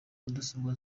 mudasobwa